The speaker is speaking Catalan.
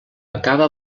acaba